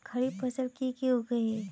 खरीफ फसल की की उगैहे?